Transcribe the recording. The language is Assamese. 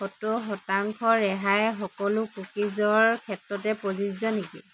সত্তৰ শতাংশ ৰেহাই সকলো কুকিজৰ ক্ষেত্ৰতে প্ৰযোজ্য নেকি